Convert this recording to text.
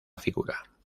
figura